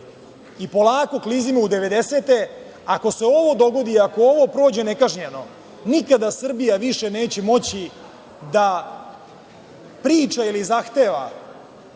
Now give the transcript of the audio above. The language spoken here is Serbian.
i polako klizimo u devedesete. Ako se ovo dogodi, ako ovo prođe nekažnjeno, nikada Srbija više neće moći da priča ili zahteva